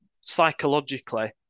psychologically